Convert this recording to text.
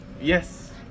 Yes